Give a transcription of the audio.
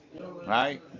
Right